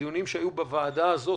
הדיונים שהתקיימו בוועדה הזאת,